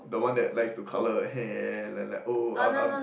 the one that likes to colour her hair then like oh I'm I'm